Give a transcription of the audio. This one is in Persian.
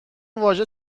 واژه